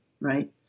right